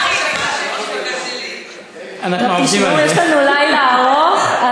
תשמעו, יש לנו לילה ארוך.